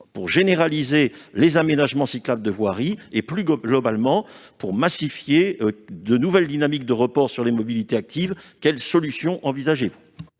pour généraliser les aménagements cyclables de voiries, et, plus globalement, pour massifier de nouvelles dynamiques de report sur les mobilités actives ? Si oui, quelles solutions avancez-vous ?